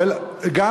מרוקו.